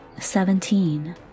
Seventeen